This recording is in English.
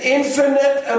infinite